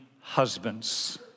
husbands